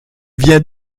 viens